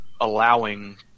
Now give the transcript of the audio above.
allowing